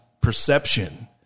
perception